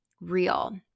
real